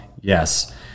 Yes